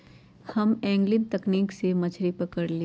हम एंगलिंग तकनिक से मछरी पकरईली